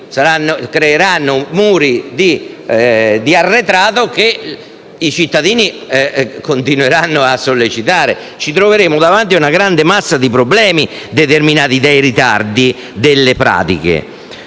creeranno muri di arretrato che i cittadini continueranno a sollecitare. Ci troveremo davanti a una grande massa di problemi determinati dai ritardi delle pratiche.